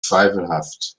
zweifelhaft